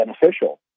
beneficial